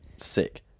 sick